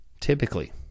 typically